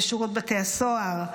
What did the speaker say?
בשירות בתי הסוהר,